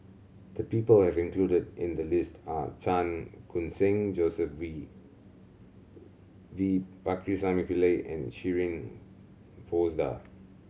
the people have included in the list are Chan Khun Sing Joseph V V Pakirisamy Pillai and Shirin Fozdar